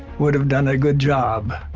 would have done a good job,